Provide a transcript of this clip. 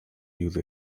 use